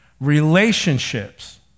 Relationships